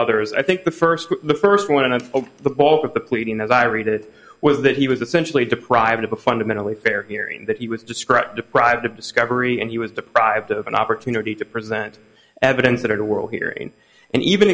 others i think the first the first one of the ball with the pleading as i read it was that he was essentially deprived of a fundamentally fair hearing that he was described deprived of discovery and he was deprived of an opportunity to present evidence that a world hearing and even